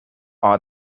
all